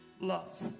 love